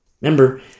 Remember